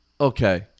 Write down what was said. Okay